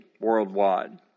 worldwide